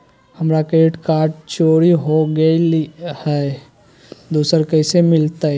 हमर credit card चोरी हो गेलय हई, दुसर कैसे मिलतई?